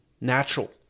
natural